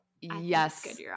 yes